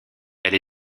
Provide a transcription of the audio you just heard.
elle